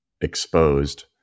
exposed